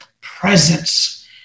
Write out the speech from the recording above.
presence